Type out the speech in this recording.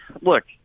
look